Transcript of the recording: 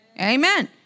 Amen